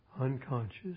unconscious